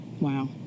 Wow